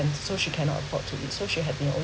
and so she cannot afford to eat so she had been